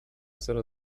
zero